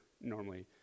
normally